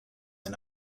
and